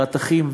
רתכים,